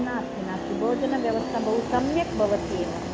नास्ति नास्ति भोजनव्यवस्था बहु सम्यक् भवति एव